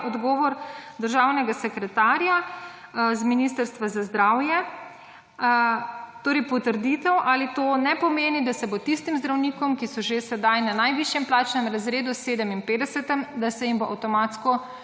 odgovor državnega sekretarja z Ministrstva za zdravje, torej potrditev, ali to ne pomeni, da se bo tistim zdravnikom, ki so že sedaj na najvišjem plačnem razredu 57., da se jim bo avtomatsko